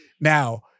Now